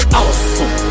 awesome